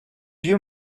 you